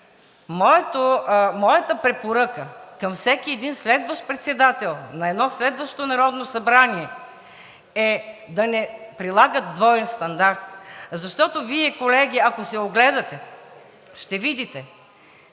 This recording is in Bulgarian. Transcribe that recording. моята препоръка към всеки един следващ председател на едно следващо Народно събрание е да не прилага двоен стандарт, защото Вие, колеги, ако се огледате, ще видите